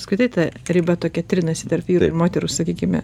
apskritai ta riba tokia trinasi tarp vyrų ir moterų sakykime